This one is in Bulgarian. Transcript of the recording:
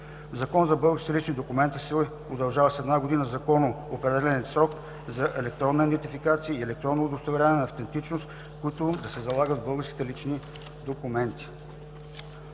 Закона за българските лични документи се удължава с една година законно определеният срок за електронна идентификация и електронно удостоверяване на автентичност, които да се залагат в българските лични документи.